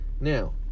Now